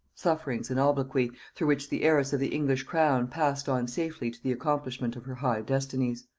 sufferings and obloquy, through which the heiress of the english crown passed on safely to the accomplishment of her high destinies.